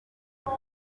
muri